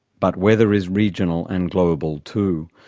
but weather is regional and global too.